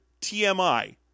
TMI